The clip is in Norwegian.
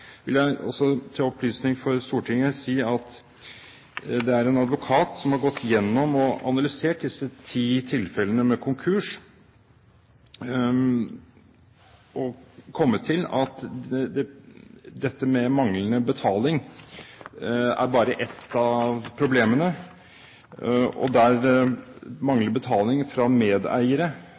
vil til opplysning for Stortinget si at en advokat har gått igjennom og analysert disse ti tilfellene med konkurser og kommet til at manglende betaling bare er ett av problemene. Der manglende betaling fra medeiere